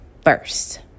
first